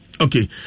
Okay